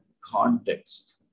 context